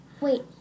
Wait